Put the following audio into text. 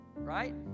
Right